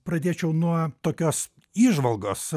pradėčiau nuo tokios įžvalgos